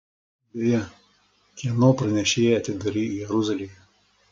beje kieno pranešėją atidarei jeruzalėje